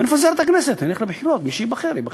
נפזר את הכנסת ונלך לבחירות, ומי שייבחר, ייבחר.